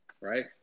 right